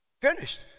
Finished